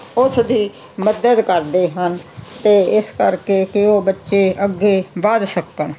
ਉਸ ਦੀ ਮਦਦ ਕਰਦੇ ਹਨ ਅਤੇ ਇਸ ਕਰਕੇ ਕਿ ਉਹ ਬੱਚੇ ਅੱਗੇ ਵੱਧ ਸਕਣ